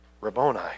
Rabboni